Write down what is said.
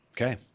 Okay